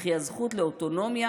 וכי הזכות לאוטונומיה,